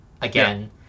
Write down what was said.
again